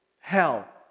hell